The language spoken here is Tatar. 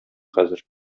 хәзер